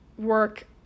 work